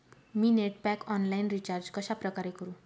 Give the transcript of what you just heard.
मी net pack online recharge कशाप्रकारे करु?